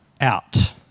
out